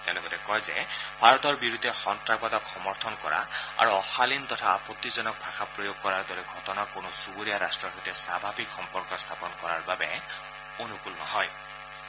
তেওঁ লগতে কয় যে ভাৰতৰ বিৰুদ্ধে সন্নাসবাদক সমৰ্থন কৰা আৰু অশালীন তথা আপত্তিজনক ভাষা প্ৰয়োগ কৰাৰ দৰে ঘটনা কোনো চুবুৰীয়া ৰাষ্ট্ৰ সৈতে স্বাভাৱিক সম্পৰ্ক স্থাপন কৰা বাবে অনুকুল নহয়